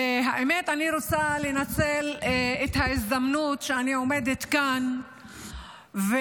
האמת היא שאני רוצה לנצל את ההזדמנות שאני עומדת כאן ולזעוק